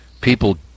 people